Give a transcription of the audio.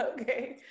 Okay